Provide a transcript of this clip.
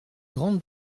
grande